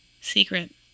secret